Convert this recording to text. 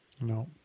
No